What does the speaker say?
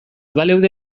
baleude